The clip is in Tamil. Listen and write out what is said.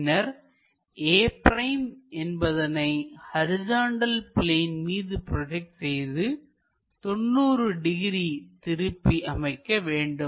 பின்னர் a' என்பதனை ஹரிசாண்டல் பிளேன் மீது ப்ரோஜெக்ட் செய்து 90 டிகிரி திருப்பி அமைக்கவேண்டும்